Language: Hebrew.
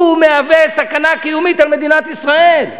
הוא מהווה סכנה קיומית למדינת ישראל.